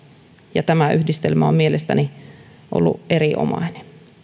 ja tämä yhdistelmä on mielestäni ollut erinomainen